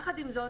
יחד עם זאת,